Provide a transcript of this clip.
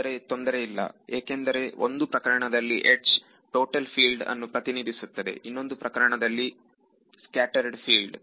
ಆದರೆ ತೊಂದರೆ ಇಲ್ಲ ಏಕೆಂದರೆ ಒಂದು ಪ್ರಕರಣದಲ್ಲಿ ಎಡ್ಜ್ ಗಳು ಟೋಟಲ್ ಫೀಲ್ಡ್ ಅನ್ನು ಪ್ರತಿನಿಧಿಸುತ್ತದೆ ಇನ್ನೊಂದು ಪ್ರಕರಣದಲ್ಲಿ ವಿದ್ಯಾರ್ಥಿ ಸ್ಕ್ಯಾಟರೆಡ್ ಫೀಲ್ಡ್